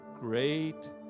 great